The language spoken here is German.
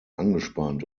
angespannt